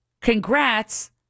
congrats